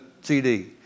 CD